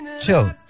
chill